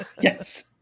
Yes